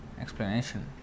explanation